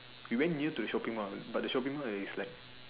we went near to the shopping Mall but the shopping Mall is like